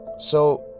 so,